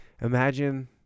imagine